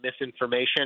misinformation